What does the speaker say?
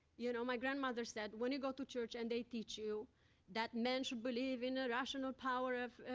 you know, my grandmother said, when you go to church and they teach you that man should believe in a rational power of